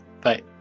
Bye